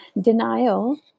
denial